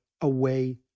away